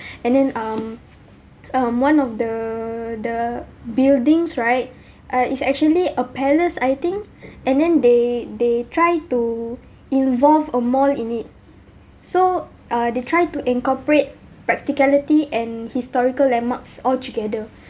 and then um um one of the the buildings right uh it's actually a palace I think and then they they try to involve a mall in it so uh they try to incorporate practicality and historical landmarks altogether